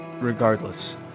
regardless